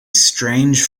strange